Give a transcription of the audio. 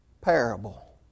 parable